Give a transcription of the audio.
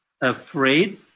afraid